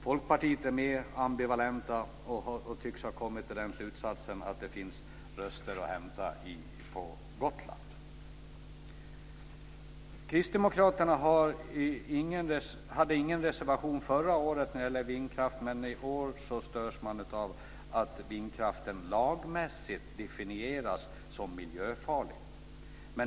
Folkpartiet är mer ambivalent och tycks ha kommit till den slutsatsen att det finns röster att hämta på Kristdemokraterna hade ingen reservation förra året när det gäller vindkraft, men i år störs man av att vindkraften lagmässigt definieras som miljöfarlig.